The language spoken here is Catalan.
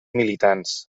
militants